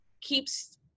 keeps